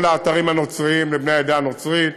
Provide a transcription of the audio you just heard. כל האתרים הנוצריים לבני העדה הנוצרית,